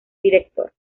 director